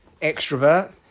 extrovert